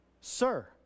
Sir